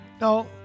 Now